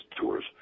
tours